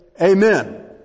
Amen